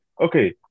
Okay